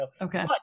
Okay